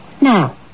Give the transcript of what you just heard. Now